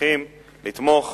הנוכחים לתמוך